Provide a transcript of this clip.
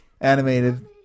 animated